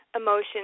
emotions